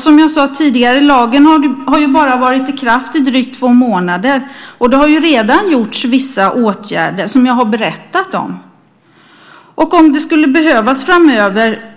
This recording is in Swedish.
Som jag sade tidigare har lagen bara varit i kraft i drygt två månader, och det har redan gjorts vissa åtgärder som jag har berättat om. Om det skulle behövas framöver